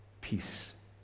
Peace